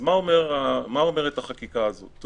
מה אומרת החקיקה הזאת בסעיף 4?